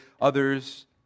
others